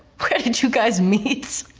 did you guys meet?